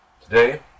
Today